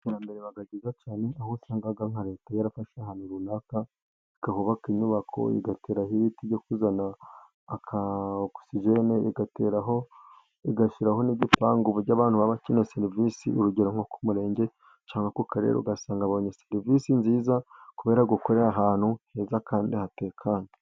Iterambere riba ryiza cyane ,aho usanga nka leta yarafashe ahantu runaka ikahubaka inyubako igateraho ibiti byo kuzana ka ogisijene. Aho igashyiraho n'igipangu ku buryo abantu baba bakenera serivisi ,urugero nko ku murenge cyangwa ku karere ugasanga babonye serivisi nziza kubera gukorera ahantu heza kandi hatekanye.